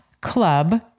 Club